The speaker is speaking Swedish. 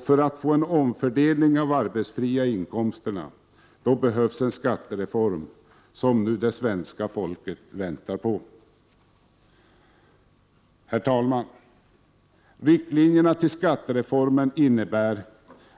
För att få en omfördelning av de arbetsfria inkomsterna behövs den skattereform som det svenska folket nu väntar på. Herr talman! Riktlinjerna för skattereformen innebär